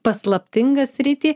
paslaptingą sritį